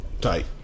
Tight